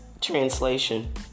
Translation